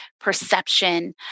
perception